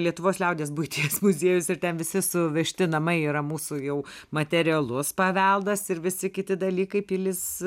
lietuvos liaudies buities muziejus ir ten visi suvežti namai yra mūsų jau materialus paveldas ir visi kiti dalykai pilys